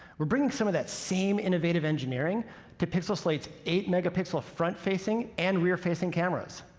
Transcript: we're bringing some of that same innovative engineering to pixel slate's eight mega-pixel front-facing and rear-facing cameras.